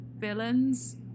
villains